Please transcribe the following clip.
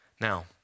Now